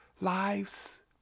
lives